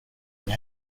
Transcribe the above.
and